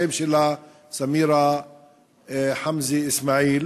השם שלה הוא סמירה חמזה אסמאעיל.